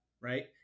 right